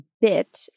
bit